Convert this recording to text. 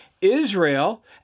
Israel